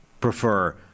prefer